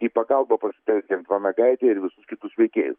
į pagalbą pasitelkiant vanagaitę ir visų kitų veikėjus